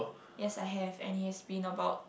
yes I have and he has been about